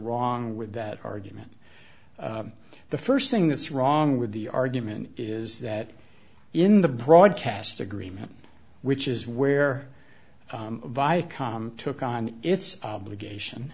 wrong with that argument the first thing that's wrong with the argument is that in the broadcast agreement which is where viacom took on its obligation